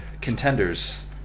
contenders